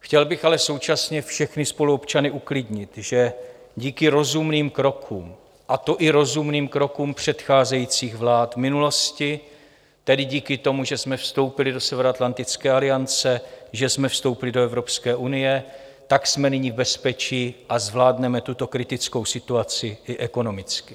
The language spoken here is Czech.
Chtěl bych ale současně všechny spoluobčany uklidnit, že díky rozumným krokům, a to i rozumným krokům předcházejících vlád v minulosti, tedy díky tomu, že jsme vstoupili do Severoatlantické aliance, že jsme vstoupili do Evropské unie, jsme nyní v bezpečí a zvládneme tuto kritickou situaci i ekonomicky.